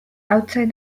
outside